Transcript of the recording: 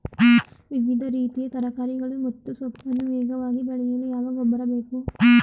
ವಿವಿಧ ರೀತಿಯ ತರಕಾರಿಗಳು ಮತ್ತು ಸೊಪ್ಪನ್ನು ವೇಗವಾಗಿ ಬೆಳೆಯಲು ಯಾವ ಗೊಬ್ಬರ ಬೇಕು?